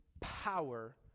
power